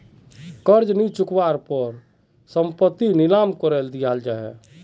कर्ज नि चुक्वार पोर संपत्ति नीलाम करे दियाल जाहा